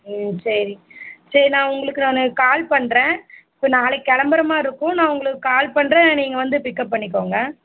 ம் சரி சரி நான் உங்களுக்கு நான் கால் பண்ணுறேன் நாளைக்கு கிளம்புற மாதிரி இருக்கும் நான் உங்களுக்கு கால் பண்ணுறேன் நீங்கள் வந்து பிக்கப் பண்ணிக்கோங்க